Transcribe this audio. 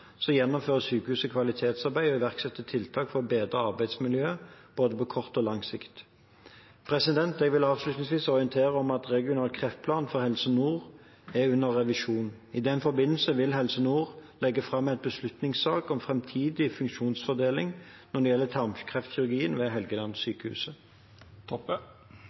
gjennomfører sykehuset kvalitetsarbeid og iverksetter tiltak for å bedre arbeidsmiljøet på både kort og lang sikt. Jeg vil avslutningsvis orientere om at den regionale kreftplanen for Helse Nord er under revisjon. I den forbindelse vil Helse Nord legge fram en beslutningssak om framtidig funksjonsdeling når det gjelder tarmkreftkirurgi ved